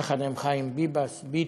יחד עם חיים ביבס, ביטון,